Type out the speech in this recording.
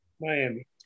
Miami